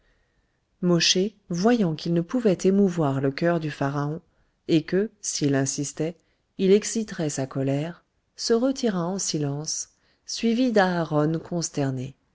voyant qu'il ne pouvait émouvoir le cœur du pharaon et que s'il insistait il exciterait sa colère se retira en silence suivi d'aharon consterné